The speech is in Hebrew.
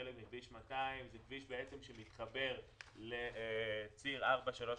חלק מכביש 200. זה כביש שמתחבר לציר 431,